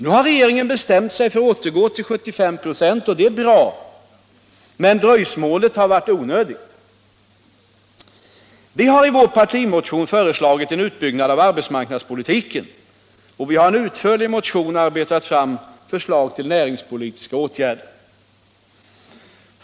Nu har regeringen bestämt sig för att återgå till 75 96, och det är bra, men dröjsmålet har varit onödigt. Vi har i vår partimotion föreslagit en utbyggnad av arbetsmarknadspolitiken, och vi har i en utförlig motion arbetat fram förslag till näringspolitiska åtgärder.